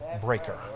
breaker